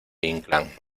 inclán